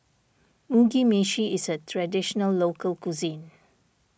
Mugi Meshi is a Traditional Local Cuisine